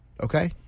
Okay